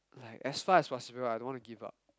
as far as possible I don't want to give up